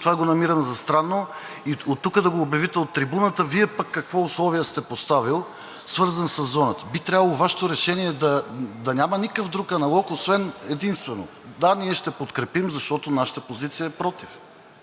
това го намирам за странно и Вие да го обявите от трибуната – Вие пък какво условие сте поставил, свързано със зоната? Би трябвало Вашето решение да няма никакъв друг аналог, освен единствено – да, ние ще подкрепим, защото нашата позиция е против,